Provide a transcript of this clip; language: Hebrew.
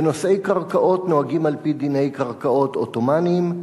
בנושאי קרקעות נוהגים על-פי דיני קרקעות עות'מאניים,